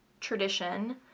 tradition